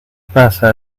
pasa